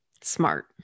smart